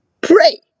pray